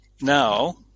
now